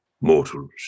mortals